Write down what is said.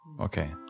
Okay